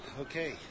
Okay